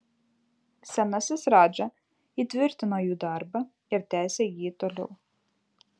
senasis radža įtvirtino jų darbą ir tęsė jį toliau